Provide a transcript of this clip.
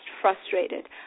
frustrated